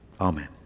Amen